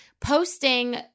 posting